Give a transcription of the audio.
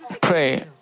pray